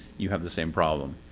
you have the same problem.